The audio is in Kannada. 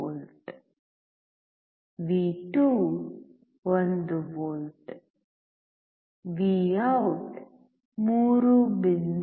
5V V2 1V Vout 3